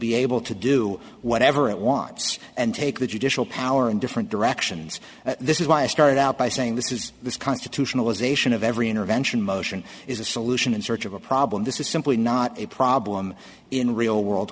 be able to do whatever it wants and take the judicial power in different directions this is why i started out by saying this is the constitutional ization of every intervention motion is a solution in search of a problem this is simply not a problem in the real world